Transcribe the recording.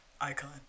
icon